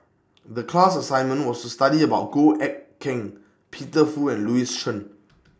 The class assignment was to study about Goh Eck Kheng Peter Fu and Louis Chen